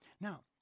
Now